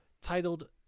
titled